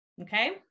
Okay